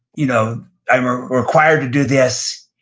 you know i'm ah required to do this.